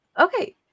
Okay